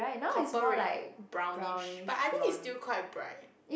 copper red brownish but I think is still quite bright